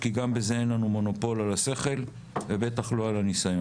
כי גם בזה אין לנו מונופול על השכל ובטח לא על הניסיון.